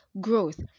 growth